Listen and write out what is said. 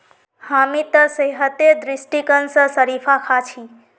हामी त सेहतेर दृष्टिकोण स शरीफा खा छि